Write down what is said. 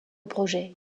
projet